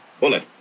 Bullet